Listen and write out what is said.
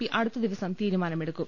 P അടുത്തദിവസം തീരുമാന മെടുക്കും